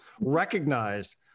recognized